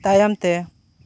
ᱛᱟᱭᱚᱢᱛᱮ